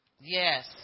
Yes